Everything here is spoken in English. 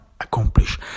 accomplish